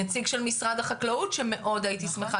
נציג של משרד החקלאות שמאוד הייתי שמחה